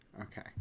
Okay